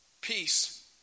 Peace